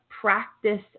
practice